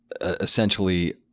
essentially